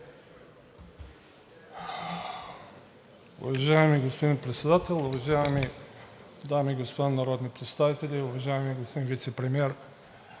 Уважаеми господин Председател, уважаеми дами и господа народни представители, уважаеми господин Вицепремиер!